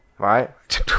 right